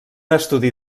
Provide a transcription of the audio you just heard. estudi